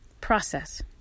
process